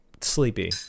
sleepy